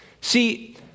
See